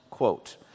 quote